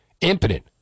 impotent